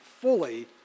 fully